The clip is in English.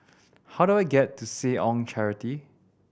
how do I get to Seh Ong Charity